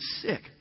sick